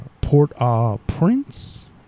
Port-au-Prince